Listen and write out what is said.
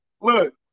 Look